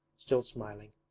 still smiling.